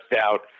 out